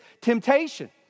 temptation